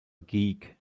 geek